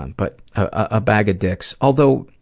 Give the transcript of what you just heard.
and but a bag of dicks although,